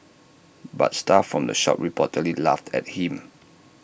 but staff from the shop reportedly laughed at him